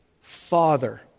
father